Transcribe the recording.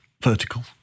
Vertical